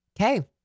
okay